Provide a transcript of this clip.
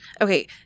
Okay